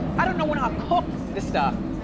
i don't know when i'll cook the stuff.